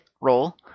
roll